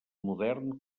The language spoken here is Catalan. modern